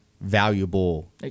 valuable